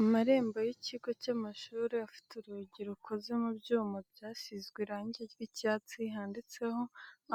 Amarembo y'ikigo cy'amashuri afite urugi rukoze mu byuma byasizwe irangi ry'icyatsi handitseho